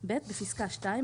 לפקודה,"; בפסקה (2),